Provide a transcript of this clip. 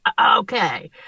okay